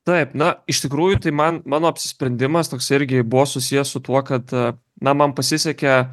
taip na iš tikrųjų tai man mano apsisprendimas toks irgi buvo susijęs su tuo kad na man pasisekė